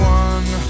one